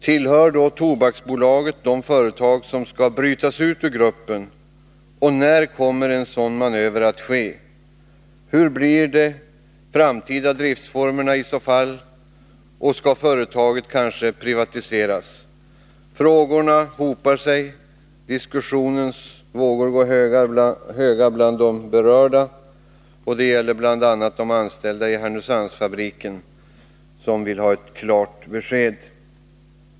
Tillhör då Tobaksbolaget de företag som skall brytas ut ur gruppen, och när kommer en sådan manöver att ske? Hur blir i så fall de framtida driftsformerna och skall företaget kanske privatiseras? Frågorna hopar sig. Diskussionens vågor går höga bland de berörda. Det gäller bl.a. de anställda i Härnösandsfabriken, som vill ha ett klart besked.